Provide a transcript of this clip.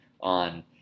on